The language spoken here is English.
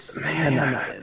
Man